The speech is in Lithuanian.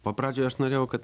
o pradžioj aš norėjau kad